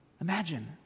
Imagine